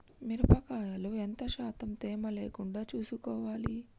మిరప కాయల్లో ఎంత శాతం తేమ లేకుండా చూసుకోవాలి?